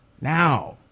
Now